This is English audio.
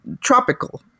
tropical